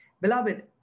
Beloved